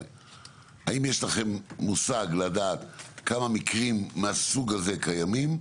האם יש לכם מושג ואתם יודעים כמה מקרים מהסוג הזה קיימים?